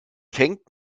fängt